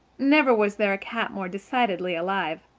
never was there a cat more decidedly alive.